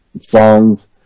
songs